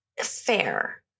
Fair